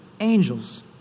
angels